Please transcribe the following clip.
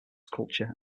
culture